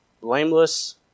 blameless